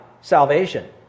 salvation